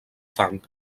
fang